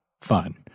fun